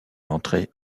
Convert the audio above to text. d’entrer